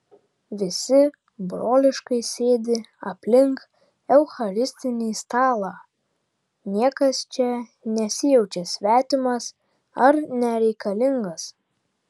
visi broliškai sėdi aplink eucharistinį stalą niekas čia nesijaučia svetimas ar nereikalingas